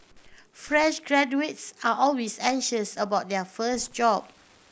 fresh graduates are always anxious about their first job